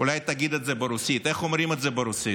אולי תגיד את זה ברוסית, איך אומרים את זה ברוסית.